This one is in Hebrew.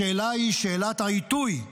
השאלה היא שאלת העיתוי,